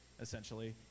essentially